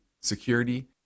security